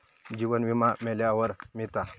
जीवन विमा मेल्यावर मिळता